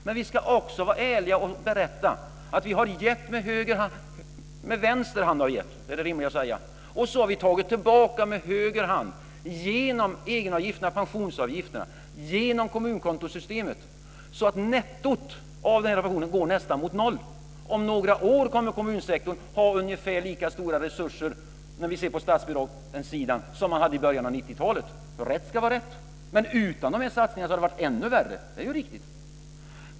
Men vi ska också vara ärliga och berätta att vi har gett med vänster hand och tagit tillbaka med höger hand genom egenavgifterna, pensionsavgifterna, och genom kommunkontosystemet, så att nettot nästan går mot noll. Om några år kommer kommunsektorn att ha ungefär lika stora resurser i form av statsbidrag som man hade i början av 90-talet. Rätt ska vara rätt. Men utan de här satsningarna hade det varit ännu värre. Det är riktigt.